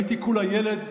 הייתי כולה ילד",